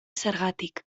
zergatik